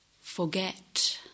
forget